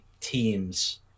teams